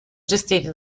gestiti